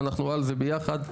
ואנחנו על זה ביחד,